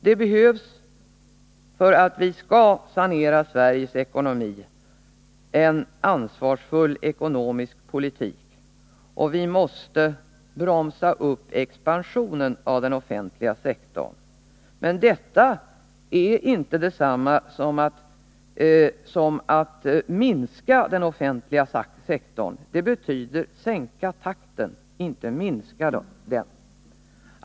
Det behövs, för att vi skall kunna sanera Sveriges ekonomi, en ansvarsfull ekonomisk politik, och vi måste bromsa upp expansionen av den offentliga sektorn. Men detta är inte detsamma som att minska den offentliga sektorn, det betyder bara att sänka ökningstakten.